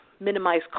Minimize